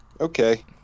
Okay